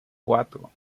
cuatro